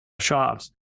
shops